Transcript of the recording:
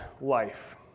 life